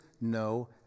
no